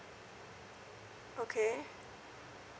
okay